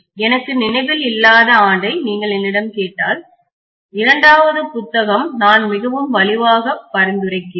எனக்கு நினைவில் இல்லாத ஆண்டை நீங்கள் என்னிடம் கேட்டால் இரண்டாவது புத்தகம் நான் மிகவும் வலுவாக பரிந்துரைக்கிறேன்